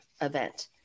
event